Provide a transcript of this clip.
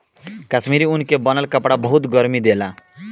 कश्मीरी ऊन के बनल कपड़ा बहुते गरमि देला